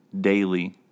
daily